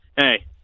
Hey